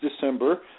December